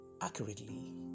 accurately